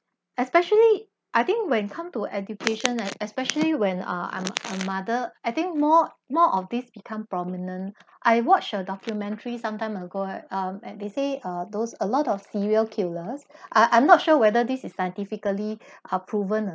especially I think when come to education like especially when ah I'm a mother I think more more of these become prominent I watch a documentary sometime ago um and they say uh those a lot of serial killers I I'm not sure whether this is scientifically are proven ah